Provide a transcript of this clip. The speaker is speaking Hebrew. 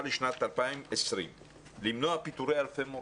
לשנת 2020 כדי למנוע פיטורי אלפי מורים.